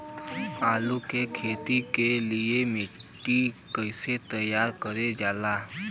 आलू की खेती के लिए मिट्टी कैसे तैयार करें जाला?